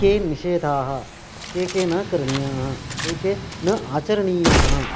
के निषेधाः के के न करणीयाः के के न आचरणीयाः